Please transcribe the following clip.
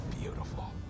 beautiful